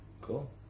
Cool